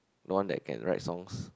the one that can write songs